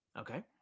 Okay